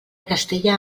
castella